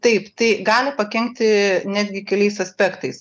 taip tai gali pakenkti netgi keliais aspektais